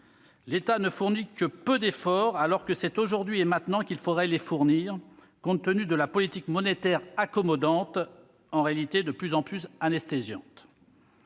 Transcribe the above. L'État ne fournit que peu d'efforts, alors que c'est aujourd'hui et maintenant qu'il faudrait les faire, compte tenu de la politique monétaire accommodante, en réalité de plus en plus anesthésiante.